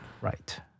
right